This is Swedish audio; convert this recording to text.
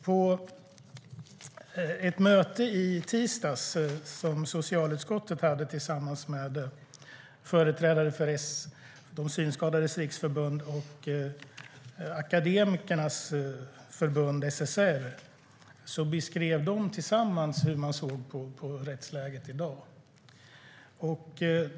På ett möte som socialutskottet hade i tisdags med företrädare för Synskadades Riksförbund och Akademikerförbundet SSR beskrev de tillsammans hur de ser på rättsläget i dag.